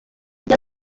bya